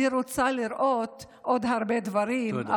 אני רוצה לראות עוד הרבה דברים,